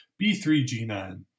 B3G9